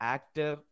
Actor